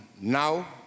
now